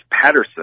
Patterson